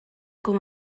com